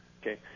Okay